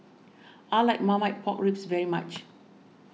I like Marmite Pork Ribs very much